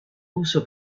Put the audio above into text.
uso